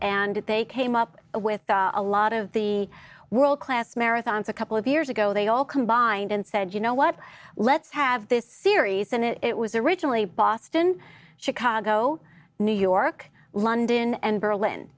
and they came up with a lot of the world class marathons a couple of years ago they all combined and said you know what let's have this series and it was originally boston chicago new york london and berlin